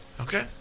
Okay